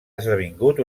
esdevingut